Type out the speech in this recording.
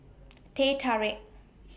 Teh Tarik